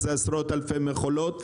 זה עשרות אלפי מכולות.